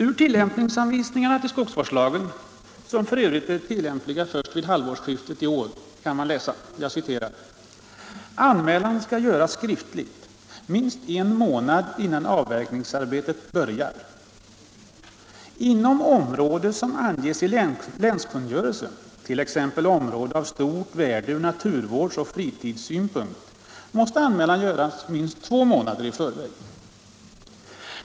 I tillämpningsanvisningarna till skogsvårdslagen, som f.ö. blev tilllämpliga först från halvårsskiftet i år, kan läsas: ”Anmälan skall göras skriftligt, minst en månad innan avverkningsarbetet börjar. Inom områden som anges i länskungörelse, t ex områden av stort värde ur naturvårdsoch fritidssynpunkt, måste anmälan göras minst två månader i förväg.